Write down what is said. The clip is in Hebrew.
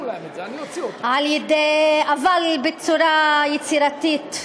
אבל בצורה יצירתית.